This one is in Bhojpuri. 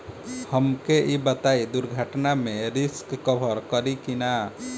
हमके ई बताईं दुर्घटना में रिस्क कभर करी कि ना?